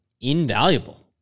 invaluable